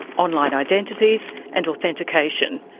online identities and authentication,